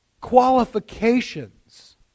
qualifications